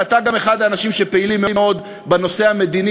אתה גם אחד האנשים שפעילים מאוד בנושא המדיני,